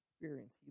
experience